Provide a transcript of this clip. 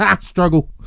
struggle